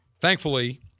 Thankfully